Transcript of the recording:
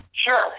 Sure